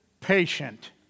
patient